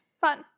Fun